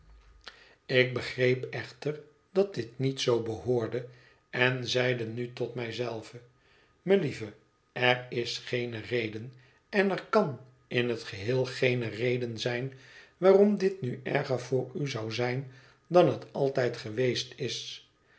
ik begreep echter dat dit niet zoo behoorde en zeide nu tot mij zelve melieve er is geene reden en er kan in het geheel geene reden zijn waarom dit nu erger voor u zou zijn dan liet altijd geweest is